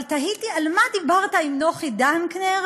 אבל תהיתי על מה דיברת עם נוחי דנקנר